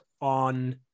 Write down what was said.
on